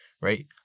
right